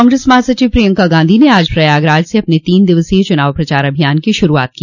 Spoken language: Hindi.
कांग्रेस महासचिव प्रियंका गांधी ने आज प्रयागराज से अपने तीन दिवसीय चुनाव प्रचार अभियान की शुरूआत की